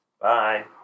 Bye